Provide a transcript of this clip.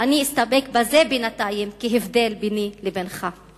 אני אסתפק בזה בינתיים כהבדל ביני לבינך.